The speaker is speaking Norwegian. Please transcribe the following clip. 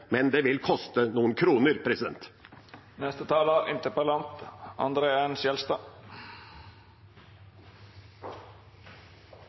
men det vil koste noen kroner.